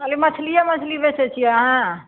खाली मछलिए मछली बेचै छियै अहाँ